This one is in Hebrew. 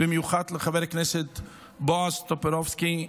במיוחד לחבר הכנסת בועז טופורובסקי,